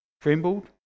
trembled